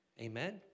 Amen